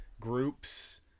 groups